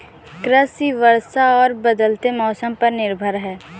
कृषि वर्षा और बदलते मौसम पर निर्भर है